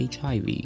HIV